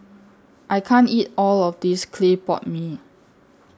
I can't eat All of This Clay Pot Mee